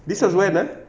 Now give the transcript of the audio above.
this was when ah